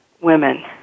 women